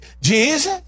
Jesus